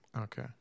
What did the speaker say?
Okay